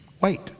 wait